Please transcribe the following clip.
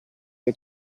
che